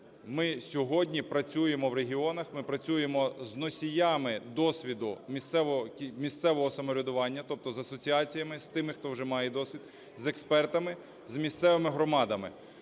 ми сьогодні працюємо в регіонах, ми працюємо з носіями досвіду місцевого самоврядування, тобто з асоціаціями, з тими, хто вже має досвід, з експертами, з місцевими громадами.